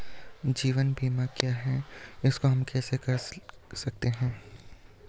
जीवन बीमा क्या है इसको हम कैसे कर सकते हैं?